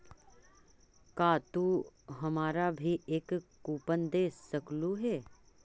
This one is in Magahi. का तू हमारा भी एक कूपन दे सकलू हे